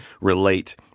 relate